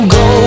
go